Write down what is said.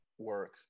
work